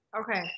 Okay